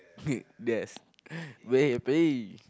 that is very